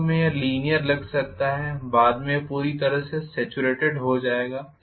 शुरू में यह लीनीयर लग सकता है बाद में यह पूरी तरह से सॅचुरेटेड हो जाएगा